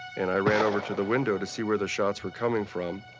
and i ran over to the window to see where the shots were coming from.